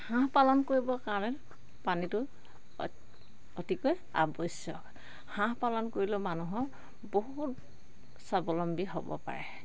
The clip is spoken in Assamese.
হাঁহ পালন কৰিবৰ কাৰণে পানীটো অতিকৈ আৱশ্যক হাঁহ পালন কৰিলেও মানুহৰ বহুত স্বাৱলম্বী হ'ব পাৰে